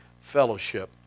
fellowship